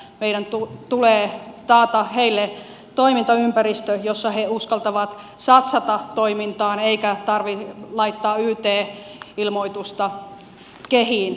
meidän tulee taata heille toimintaympäristö jossa he uskaltavat satsata toimintaan ja jossa ei tarvitse laittaa yt ilmoitusta kehiin